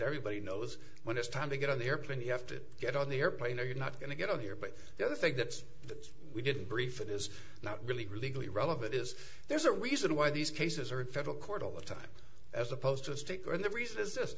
everybody knows when it's time to get on the airplane you have to get on the airplane or you're not going to get on here but the other thing that we didn't brief it is not really really relevant is there's a reason why these cases are in federal court all the time as opposed to a sticker and the reason is just